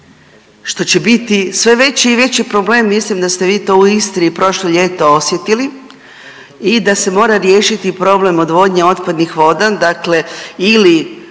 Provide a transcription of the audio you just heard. što će biti sve veći i veći problem. Mislim da ste vi to u Istri prošlo ljeto osjetili i da se mora riješiti problem odvodnje otpadnih voda. Dakle, ili